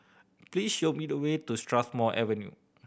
please show me the way to Strathmore Avenue